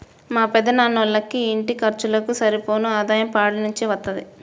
మా పెదనాన్నోళ్ళకి ఇంటి ఖర్చులకు సరిపోను ఆదాయం పాడి నుంచే వత్తది